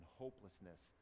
hopelessness